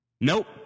Nope